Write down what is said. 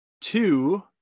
two